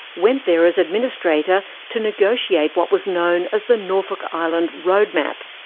went there as administrator to negotiate what was known as the norfolk island road map.